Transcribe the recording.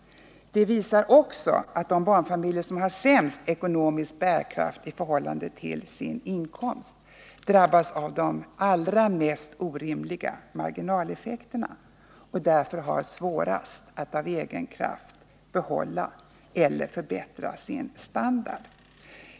Det visar också att de barnfamiljer som har sämst ekonomisk bärkraft i förhållande till sin inkomst drabbas av de allra mest orimliga marginaleffekterna och har svårast att av egen kraft behålla eller förbättra sin standard.